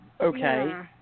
Okay